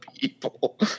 people